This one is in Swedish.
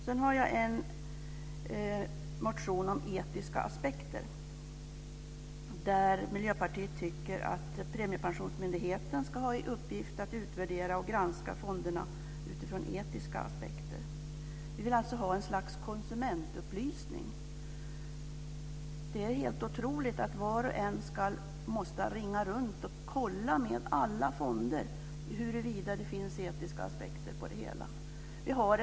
I motionen om etiska aspekter tycker Miljöpartiet att Premiepensionsmyndigheten ska få till uppgift att granska och utvärdera fonderna ur etiska aspekter. Vi vill alltså att det ska lämnas ett slags konsumentupplysning. Det är orimligt att man måste ringa runt till alla fonder och kolla huruvida de anlägger etiska aspekter på sina placeringar.